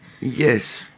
Yes